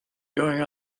going